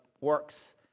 works